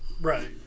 Right